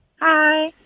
hi